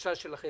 הבקשה שלכם